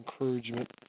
encouragement